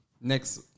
Next